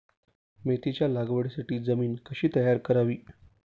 मेथीच्या लागवडीसाठी जमीन कशी तयार करावी?